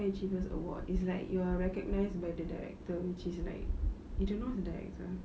high achievers award it's like you're recognized by the director which is like you don't know the director